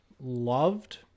loved